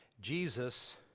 Jesus